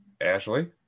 Ashley